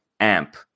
AMP